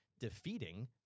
defeating